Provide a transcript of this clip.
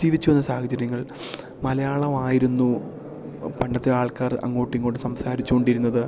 ജീവിച്ചു വന്ന സാഹചര്യങ്ങൾ മലയാളമായിരുന്നു പണ്ടത്തെ ആൾക്കാർ അങ്ങോട്ടും ഇങ്ങോട്ടും സംസാരിച്ചുകൊണ്ടിരുന്നത്